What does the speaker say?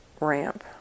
ramp